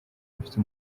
bafite